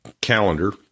calendar